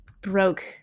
broke